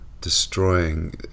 destroying